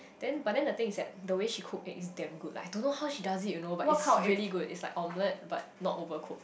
then but then the thing is that the way she cook egg is damn good like I don't know how she does it you know but it's really good it's like omelette but not overcooked